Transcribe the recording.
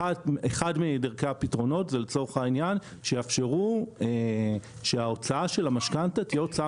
אחת הדרכים היא לאפשר שההוצאה של המשכנתה תהיה הוצאה